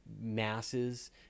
masses